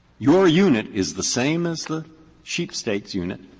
your unit is the same as the sheep state's unit,